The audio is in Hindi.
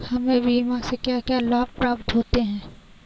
हमें बीमा से क्या क्या लाभ प्राप्त होते हैं?